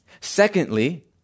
Secondly